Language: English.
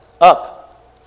up